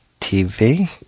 TV